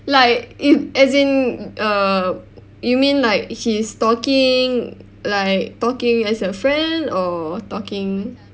like in as in err you mean like he's talking like talking as a friend or talking